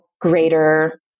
greater